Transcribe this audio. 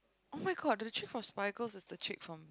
[oh]-my-god the chick from Spy Girls is the chick from